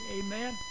Amen